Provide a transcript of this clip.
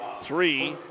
three